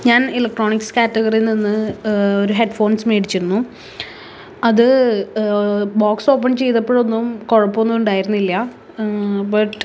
ഞാൻ ഇലട്രോണിക്സ് കാറ്റഗറിയിൽ നിന്ന് ഒരു ഹെഡ് ഫോൺസ് മേടിച്ചിരുന്നു അത് ബോക്സ് ഓപ്പൺ ചെയ്തപ്പോഴൊന്നും കുഴപ്പമൊന്നുമുണ്ടായിരുന്നില്ല ബട്ട്